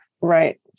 right